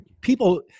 people